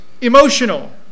emotional